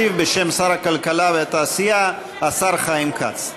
ישיב בשם שר הכלכלה והתעשייה השר חיים כץ.